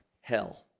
hell